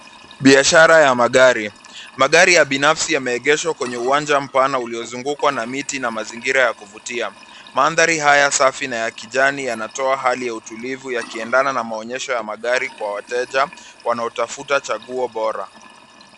Biashara ya magari. Magari ya binafsi yameegeshwa kwenye uwanja mpana uliozungukwa na miti na mazingira ya kuvutia. Maandhari haya safi na ya kijani ,yanatoa hali ya utulivu yakiendana na maonyesho ya magari kwa wateja wanaotafuta chaguo Bora.